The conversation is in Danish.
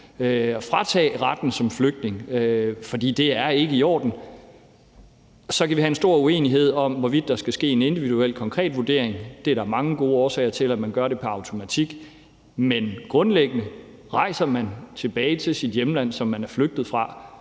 at fratage retten som flygtning, for det er ikke i orden. Så kan vi have en stor uenighed om, hvorvidt der skal ske en individuel konkret vurdering. Der er mange gode årsager til, at man gør det pr. automatik. Men grundlæggende er det sådan, at rejser man tilbage til sit hjemland, som man er flygtet fra,